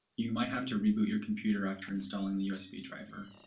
you might have to reboot your computer after installing the usb driver,